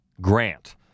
Grant